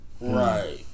Right